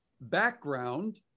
background